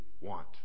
want